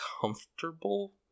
comfortable